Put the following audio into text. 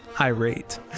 irate